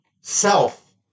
self